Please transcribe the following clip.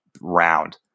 round